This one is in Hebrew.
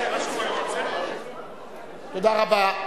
תודה רבה.